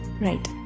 Right